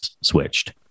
switched